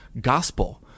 gospel